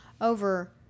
over